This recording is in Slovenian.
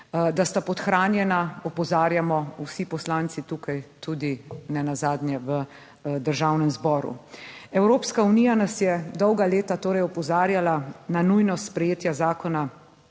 Da sta podhranjena, opozarjamo vsi poslanci tukaj, tudi nenazadnje v Državnem zboru. Evropska unija nas je dolga leta torej opozarjala na nujnost sprejetja zakona